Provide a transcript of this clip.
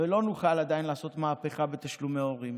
ולא נוכל עדיין לעשות מהפכה בתשלומי ההורים.